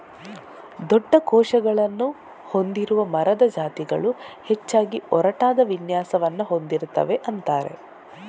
ದೊಡ್ಡ ಕೋಶಗಳನ್ನ ಹೊಂದಿರುವ ಮರದ ಜಾತಿಗಳು ಹೆಚ್ಚಾಗಿ ಒರಟಾದ ವಿನ್ಯಾಸವನ್ನ ಹೊಂದಿರ್ತವೆ ಅಂತಾರೆ